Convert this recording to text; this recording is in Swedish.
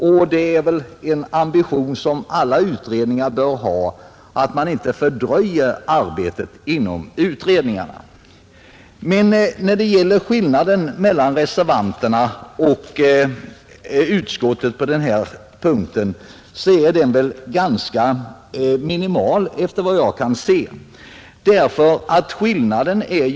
Och den ambitionen bör väl alla utredningar ha att arbetet inte skall fördröjas. Skillnaden mellan reservanten och utskottsmajoriteten är, efter vad jag kan se, minimal på den här punkten.